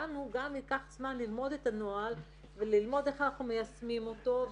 לנו גם ייקח זמן ללמוד את הנוהל וללמוד איך אנחנו מיישמים אותו.